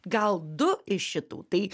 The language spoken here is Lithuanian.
gal du iš šitų tai